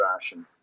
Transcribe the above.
fashion